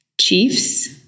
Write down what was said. chiefs